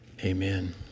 Amen